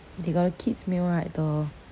they got the kid's meal right the